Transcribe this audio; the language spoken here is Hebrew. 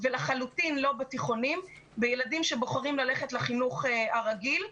ולחלוטין לא בתיכונים וילדים שבוחרים ללכת לחינוך הרגיל,